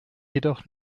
jedoch